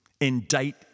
indict